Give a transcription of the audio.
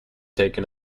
taken